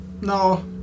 No